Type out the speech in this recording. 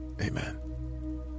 Amen